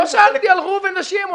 לא שאלתי על ראובן או שמעון,